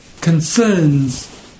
concerns